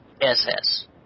SS